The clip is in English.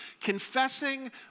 Confessing